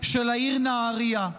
של העיר נהריה.